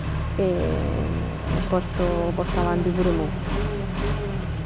E porto, porto avanti pur mo.